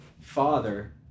father